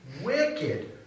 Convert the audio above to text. wicked